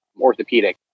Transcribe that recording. orthopedic